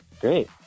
Great